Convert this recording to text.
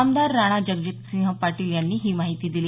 आमदार राणाजगजितसिंह पाटील यांनी ही माहिती दिली